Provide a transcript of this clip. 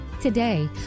Today